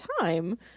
time